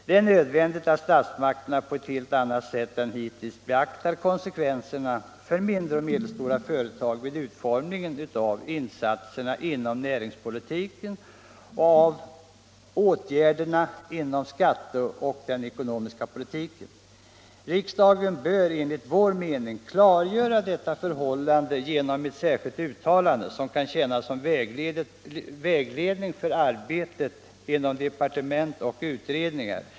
Det är nödvändigt att statsmakterna på ett helt annat sätt än hittills beaktar konsekvenserna för mindre och medelstora företag vid utformningen av insatserna inom näringspolitiken och av åtgärderna inom skattepolitiken och den ekonomiska politiken. Riksdagen bör enligt vår mening klargöra detta förhållande genom ett särskilt uttalande, som kan tjäna till vägledning för arbetet inom departement och utredningar.